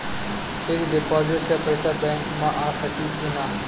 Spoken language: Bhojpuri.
फिक्स डिपाँजिट से पैसा बैक मे आ सकी कि ना?